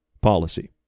policy